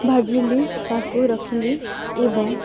ଭାଜିଲି ତାକୁ ରଖିଲି ଏବଂ